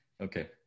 Okay